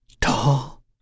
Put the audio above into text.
Tall